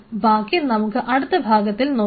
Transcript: ബാക്കി നമുക്ക് അടുത്ത ഭാഗത്തിൽ നോക്കാം